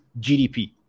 GDP